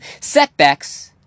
setbacks